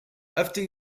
after